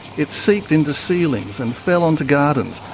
it seeped into ceilings and fell onto gardens,